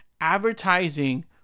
advertising